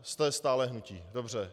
Jste stále hnutí, dobře.